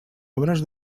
obres